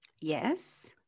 Yes